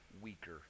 weaker